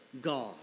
God